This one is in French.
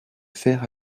faire